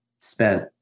spent